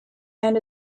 and